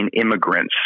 immigrants